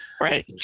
Right